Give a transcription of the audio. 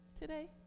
today